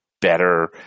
better